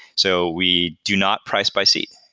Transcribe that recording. so we do not price by seat.